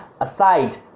aside